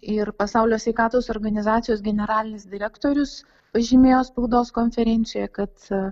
ir pasaulio sveikatos organizacijos generalinis direktorius pažymėjo spaudos konferencijoj kad